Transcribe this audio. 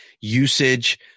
usage